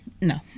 No